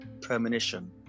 premonition